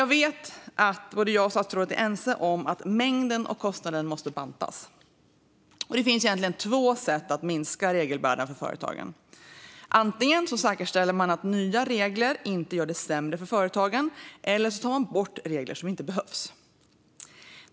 Jag vet dock att jag och statsrådet är ense om att mängden och kostnaden måste bantas. Det finns egentligen två sätt att minska regelbördan för företagen: antingen genom att säkerställa att nya regler inte gör det sämre för företagen eller genom att ta bort regler som inte behövs.